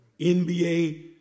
NBA